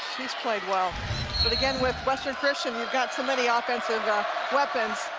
she's played well but again with western christianyou've got so many offensive weapons,